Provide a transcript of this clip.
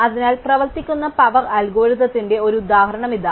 അതിനാൽ പ്രവർത്തിക്കുന്ന പവർ അൽഗോരിത്തിന്റെ ഒരു ഉദാഹരണം ഇതാ